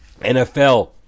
NFL